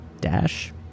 dash